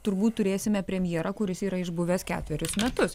turbūt turėsime premjerą kuris yra išbuvęs ketverius metus